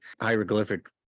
hieroglyphic